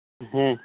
ᱦᱮᱸ